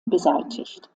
beseitigt